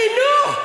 חינוך,